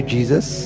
Jesus